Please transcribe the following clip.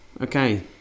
okay